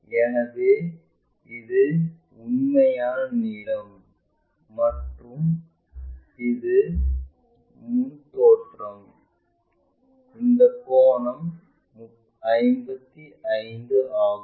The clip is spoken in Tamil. எனவே இது உண்மையான நீளம் மற்றும் இது முன் தோற்றம் இந்த கோணம் 55 ஆகும்